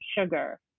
sugar